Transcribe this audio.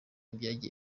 byagiye